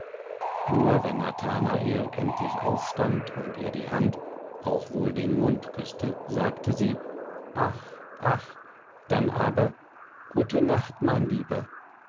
nur wenn nathanael endlich aufstand und ihr die hand auch wohl den mund küßte sagte sie ach ach dann aber gute nacht mein lieber